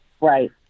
right